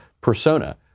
persona